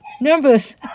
numbers